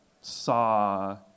saw